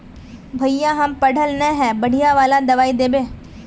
भैया हम पढ़ल न है बढ़िया वाला दबाइ देबे?